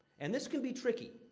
and this can be tricky,